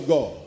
God